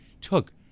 took